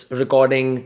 recording